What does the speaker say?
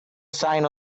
sign